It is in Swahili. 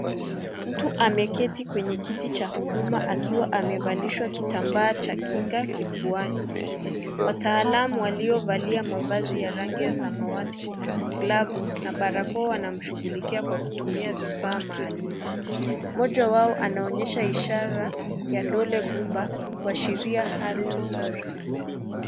Mtu ameketi kwenye kiti cha huduma akiwa amevalishwa kitambaa cha kinga kifuani. Wataalamu waliovalia mavazi ya rangi ya samawati, glavu na barakoa wanashughulikia kwa kutumia vifaa maalum. Mmoja wao anaonyesha ishara ya dole gumba, kuashiria Hali nzuri.